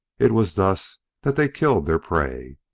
it was thus that they killed their prey.